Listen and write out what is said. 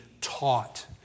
taught